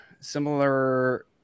similar